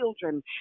children